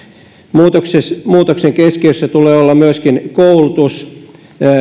muutoksen muutoksen keskiössä tulee olla myöskin koulutus